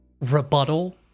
rebuttal